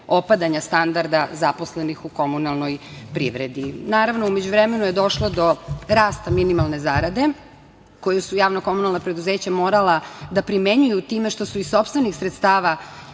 opadanja standarda zaposlenih u komunalnoj privredi. Naravno, u međuvremenu je došlo do rasta minimalne zarade koju su javna komunalna preduzeća morala da primenjuju time što su iz sopstvenih sredstava